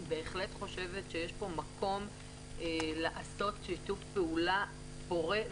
שיש פה מקום לעשות שיתוף פעולה פורה,